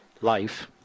life